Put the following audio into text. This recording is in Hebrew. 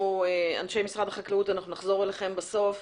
אנשי משרד החקלאות, אנחנו נחזור אליכם בסוף